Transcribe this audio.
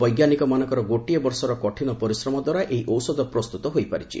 ବୈଜ୍ଞାନିକମାନଙ୍କର ଗୋଟିଏ ବର୍ଷର କଠିନ ପରିଶ୍ରମ ଦ୍ୱାରା ଏହି ଔଷଧ ପ୍ରସ୍ତୁତ ହୋଇପାରିଛି